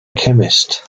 chemist